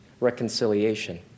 reconciliation